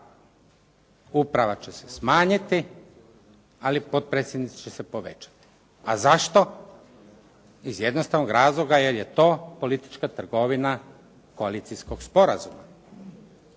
uprava će se smanjiti, ali potpredsjednici će se povećati. A zašto? Iz jednostavnog razloga jer je to politička trgovina koalicijskog sporazuma.